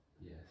Yes